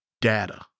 data